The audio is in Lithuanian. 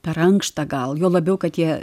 per ankštą gal juo labiau kad jie